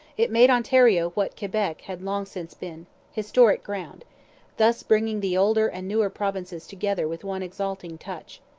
it made ontario what quebec had long since been historic ground thus bringing the older and newer provinces together with one exalting touch.